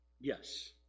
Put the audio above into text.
Yes